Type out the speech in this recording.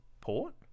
Port